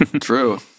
True